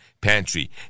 pantry